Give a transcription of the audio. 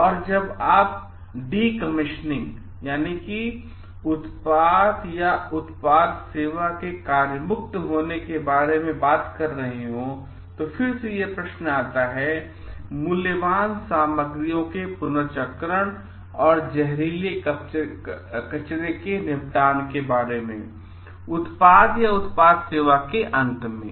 और जब आप decommissioning होने के बारे में बात कर रहे हैं तो ये फिर से प्रश्न हैं मूल्यवान सामग्रियों के पुनर्चक्रण और जहरीले कचरे के निपटान उत्पाद या उत्पाद सेवा के अंत में